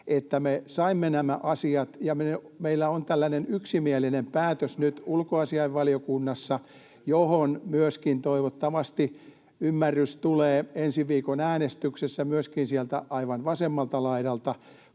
että me saimme nämä asiat ja meillä on [Mikko Savolan välihuuto] nyt ulkoasiainvaliokunnassa tällainen yksimielinen päätös, johon toivottavasti ymmärrys tulee ensi viikon äänestyksessä myöskin sieltä aivan vasemmalta laidalta,